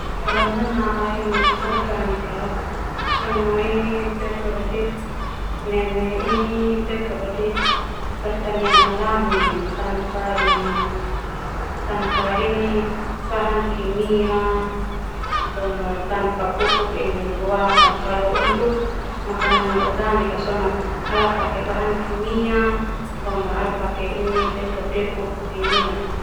Kalau nanaa organik sona ini neme ini pertanian alami tanpa ini tanpa ini bahan kimia boma tanpa pupuk ini buatan. Kalau untuk makanan nonorganik ka sona ala pakai bahan kimia boma pakai ini pupuk kimia.